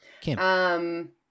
Kim